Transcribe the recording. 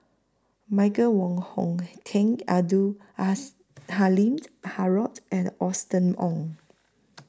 Michael Wong Hong Teng Abdul Halim Haron and Austen Ong